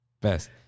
Best